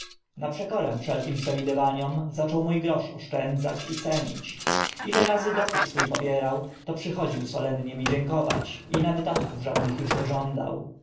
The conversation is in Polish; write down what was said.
na przekorę wszelkim przewidywaniom zaczął mó grosz oszczędzać i cenić ile razy dochód swó pobierał to przychodził solennie mi dziękować i naddatków żadnych uż nie żądał